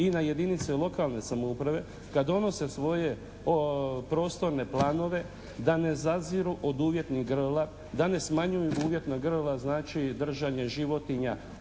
i na jedinice lokalne samouprave kad donese svoje prostorne planove da ne zaziru od uvjetnih grla, da ne smanjuju uvjetna grla znači, držanje životinja